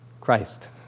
Christ